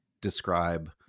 describe